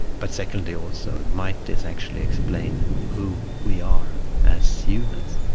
but secondly also might this actually explain who we are as humans,